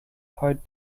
hard